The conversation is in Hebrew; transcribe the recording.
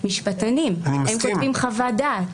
הם כותבים חוות דעת.